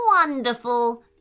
Wonderful